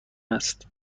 است